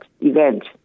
event